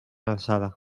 alçada